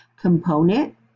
component